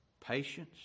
patience